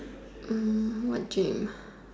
um what dream